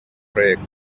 проекта